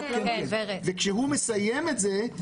כשהוא מסיים את זה,